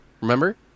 remember